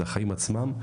זה החיים עצמם,